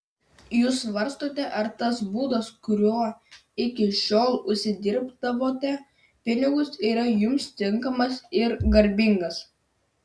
jūs svarstote ar tas būdas kuriuo iki šiol užsidirbdavote pinigus yra jums tinkamas ir garbingas